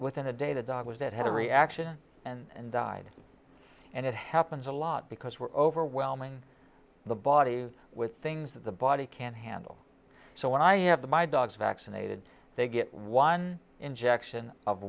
within a day the dog was that had a reaction and died and it happens a lot because we're overwhelming the body with things that the body can't handle so when i have the my dogs vaccinated they get one injection of